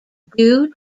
due